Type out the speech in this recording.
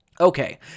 Okay